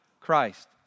Christ